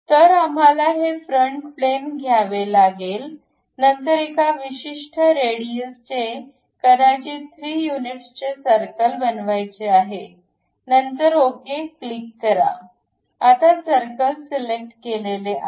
तर आम्हाला ते फ्रंट प्लॅन घ्यावे लागेल नंतर एका विशिष्ट रेडीएस चे कदाचित 3 युनिट्स चे सर्कल बनवायचे आहेत नंतर ओके क्लिक करा आता सर्कल सिलेक्ट केलेले आहे